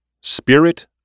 Spirit